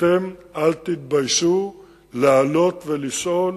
אתם אל תתביישו לעלות ולשאול